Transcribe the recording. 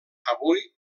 avui